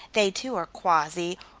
they too are quasi,